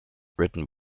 written